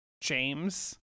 James